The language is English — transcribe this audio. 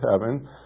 heaven